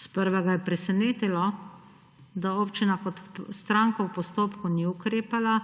Sprva ga je presenetilo, da občina kot stranka v postopku ni ukrepala,